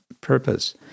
purpose